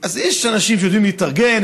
אז יש אנשים שיודעים להתארגן,